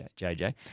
JJ